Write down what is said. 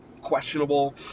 questionable